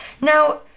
Now